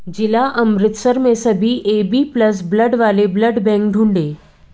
ज़िला अमृतसर में सभी ए बी प्लज़ ब्लड वाले ब्लड बैंक ढूँढें